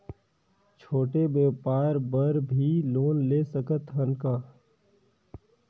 छोटे व्यापार बर भी लोन ले सकत हन का?